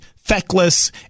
feckless